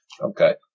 Okay